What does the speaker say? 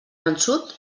vençut